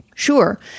Sure